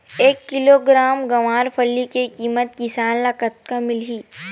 एक किलोग्राम गवारफली के किमत किसान ल कतका मिलही?